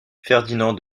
ferdinand